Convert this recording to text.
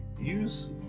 use